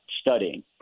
studying